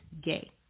gay